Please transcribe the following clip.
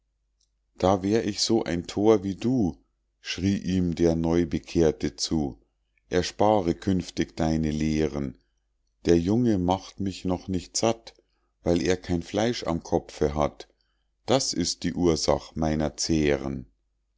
da wär ich so ein thor wie du schrie ihm der neubekehrte zu erspare künftig deine lehren der junge macht mich noch nicht satt weil er kein fleisch am kopfe hat das ist die ursach meiner zähren